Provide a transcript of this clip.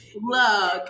Look